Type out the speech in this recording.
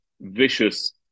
vicious